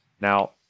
Now